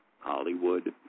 Hollywood